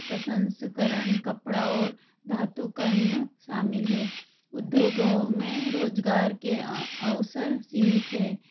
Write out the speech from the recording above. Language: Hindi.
प्रसंस्करण कपड़ा और धातु कर्म शामिल हैं उद्योगों में रोजगार के अवसर सीमित हैं